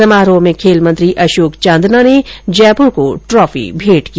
समारोह में खेल मंत्री अशोक चांदना ने जयपुर को ट्रॉफी भेंट की